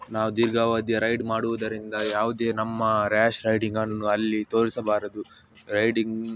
ನಾವು ದೀರ್ಘಾವಧಿಯ ರೈಡ್ ಮಾಡುವುದರಿಂದ ಯಾವುದೆ ನಮ್ಮ ರ್ಯಾಷ್ ರೈಡಿಂಗನ್ನು ಅಲ್ಲಿ ತೋರಿಸಬಾರದು ರೈಡಿಂಗ್